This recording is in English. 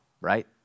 right